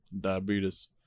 diabetes